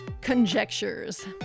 conjectures